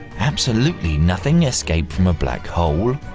absolutely nothing, escape from a black hole?